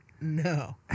No